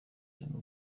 yanga